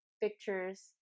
pictures